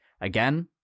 Again